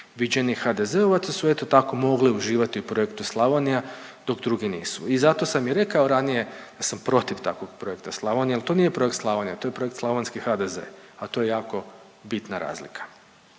viđenijih HDZ-ovaca su eto tako mogli uživati u projektu Slavonija dok drugi nisu. I zato sam i rekao ranije da sam protiv takvog projekta Slavonija, jer to nije projekt Slavonija, to je projekt slavonski HDZ, a to je jako bitna razlika.